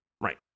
Right